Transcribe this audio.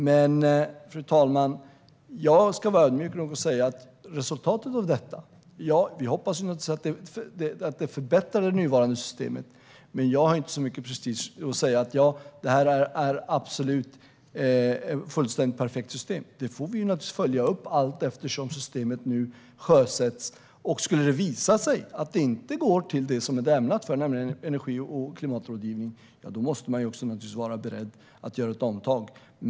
Men, fru talman, jag ska vara ödmjuk nog att säga att vi hoppas att resultatet av detta är en förbättring av det nuvarande systemet. Men jag har ingen prestige i det fallet, så jag säger inte att detta är ett absolut perfekt system. Det får vi naturligtvis följa upp allteftersom systemet nu sjösätts. Skulle det visa sig att pengarna inte går till det som de är ämnade för, nämligen energi och klimatrådgivning, måste man naturligtvis vara beredd att göra ett omtag.